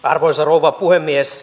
arvoisa rouva puhemies